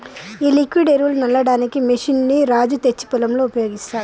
ఈ లిక్విడ్ ఎరువులు సల్లడానికి మెషిన్ ని రాజు తెచ్చి పొలంలో ఉపయోగిస్తాండు